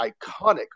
iconic